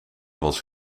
was